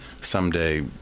someday